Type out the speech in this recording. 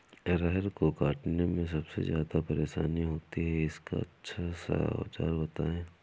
अरहर को काटने में सबसे ज्यादा परेशानी होती है इसका अच्छा सा औजार बताएं?